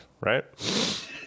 right